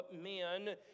men